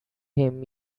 him